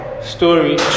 story